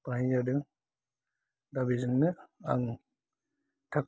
बानायनाय जादों दा बेजोंनो आं थाग थुग